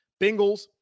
Bengals